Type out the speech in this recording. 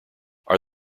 are